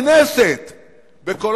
בכל